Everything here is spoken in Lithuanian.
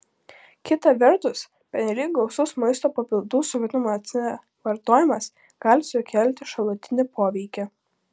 kita vertus pernelyg gausus maisto papildų su vitaminu c vartojimas gali sukelti šalutinį poveikį